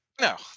No